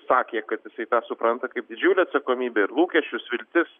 sakė kad jisai tą supranta kaip didžiulę atsakomybę ir lūkesčius viltis